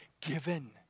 given